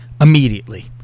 immediately